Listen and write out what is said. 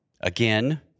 Again